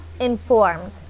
informed